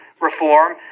reform